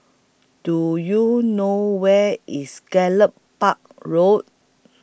Do YOU know Where IS Gallop Park Road